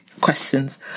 questions